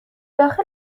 داخل